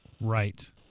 Right